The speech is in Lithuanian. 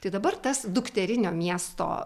tai dabar tas dukterinio miesto